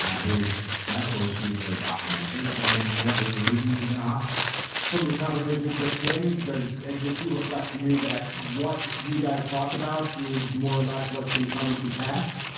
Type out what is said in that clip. ah his medical issues are documented. and, you know, there's a reason. and he's in the hospital from your conversations with him. does does he reflect to you that what you guys talked about is more or less what's been coming to pass?